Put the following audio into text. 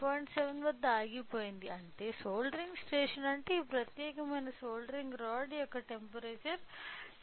7 వద్ద ఆగిపోయింది అంటే సోల్దేరింగ్ స్టేషన్ అంటే ఈ ప్రత్యేకమైన సోల్దేరింగ్ రాడ్ యొక్క టెంపరేచర్ 10